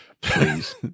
please